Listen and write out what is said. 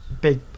big